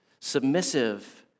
submissive